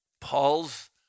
Paul's